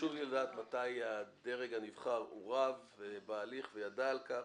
חשוב לי לדעת מתי הדרג הנבחר עורב בהליך וידע על כך,